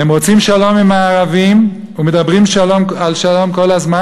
הם רוצים שלום עם הערבים ומדברים על שלום כל הזמן,